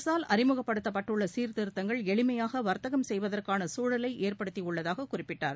அரசால் அறிமுகப்படுத்தப்பட்டுள்ள சீர்திருத்தங்கள் எளிமையாக வர்த்தகம் செய்வதற்கான சூழலை ஏற்படுத்தியுள்ளதாக குறிப்பிட்டார்